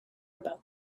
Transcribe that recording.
about